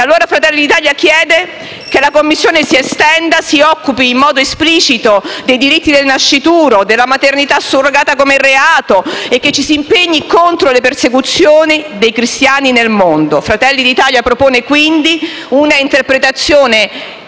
allora Fratelli d'Italia chiede che la Commissione si estenda e si occupi in modo esplicito dei diritti del nascituro e della maternità surrogata come reato e che ci si impegni contro le persecuzioni dei cristiani nel mondo. Fratelli d'Italia propone quindi un'interpretazione